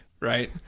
Right